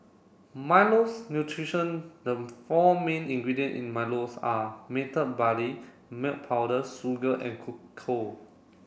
Milo's nutrition four main ingredient in Milo's are barley milk powder sugar and cocoa